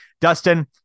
Dustin